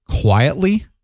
quietly